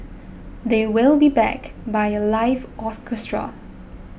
they will be backed by a live orchestra